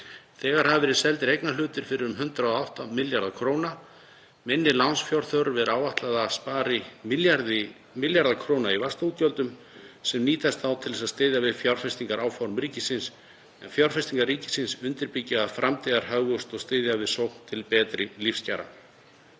Þegar hafa verið seldir eignarhlutir fyrir um 108 milljarða kr. Áætlað er að minni lánsfjárþörf spari milljarða króna í vaxtaútgjöld sem nýtast þá til að styðja við fjárfestingaráform ríkisins, en fjárfestingar ríkisins undirbyggja framtíðarhagvöxt og styðja við sókn til betri lífskjara.